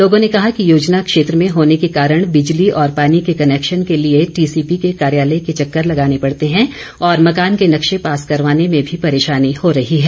लोगों ने कहा कि योजना क्षेत्र में होने के कारण बिजली और पानी के कनैक्शन के लिए टीसीपी के कार्यालय के चक्कर लगाने पड़ते हैं तथा मकान के नक्शे पास करवाने में भी परेशानी हो रही है